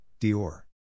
Dior